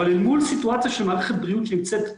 אבל אל מול סיטואציה שמערכת הבריאות נמצאת,